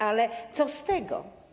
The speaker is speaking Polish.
Ale co z tego?